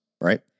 right